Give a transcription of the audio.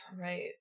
right